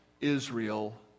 Israel